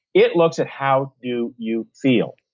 it looks at how do you feel,